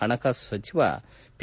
ಹಣಕಾಸು ಸಚಿವ ಪಿ